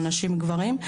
נשים וגברים,